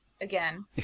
again